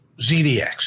ZDX